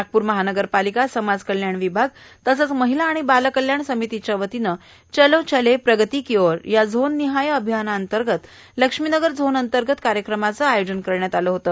नागपूर महानगरपालिका समाजकल्याण विभाग तसंच महिला आणि बालकल्याण समितीच्या वतीनं चलो चले प्रगति की ओर या झोननिहाय अभियानांतर्गत लक्ष्मीनगर झोनअंतर्गत कार्यक्रमाचं आयोजन करण्यात आलं होते